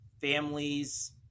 families